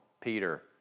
Peter